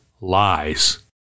lies